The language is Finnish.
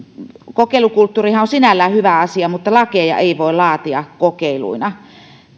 kokeilukulttuurihan on sinällään hyvä asia mutta lakeja ei voi laatia kokeiluina